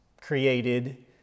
created